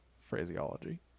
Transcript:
phraseology